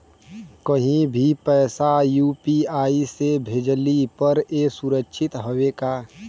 कहि भी पैसा यू.पी.आई से भेजली पर ए सुरक्षित हवे का?